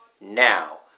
now